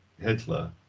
Hitler